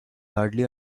hardly